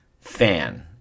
fan